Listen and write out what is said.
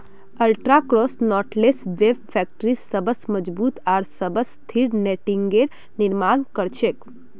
ultra cross knotless web factory सबस मजबूत आर सबस स्थिर नेटिंगेर निर्माण कर छेक